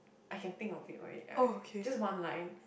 I can think of it or it I just one line